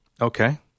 Okay